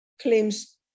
claims